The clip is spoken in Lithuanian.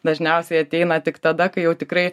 dažniausiai ateina tik tada kai jau tikrai